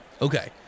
Okay